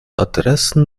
adressen